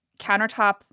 countertop